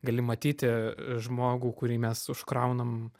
gali matyti žmogų kurį mes užkraunam